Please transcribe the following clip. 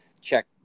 check